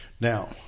Now